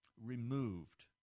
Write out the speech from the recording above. removed